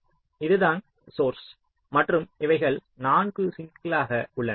இதுதான் சோர்ஸ் மற்றும் இவைகள் நான்கு சிங்க்ஸ்களாக உள்ளன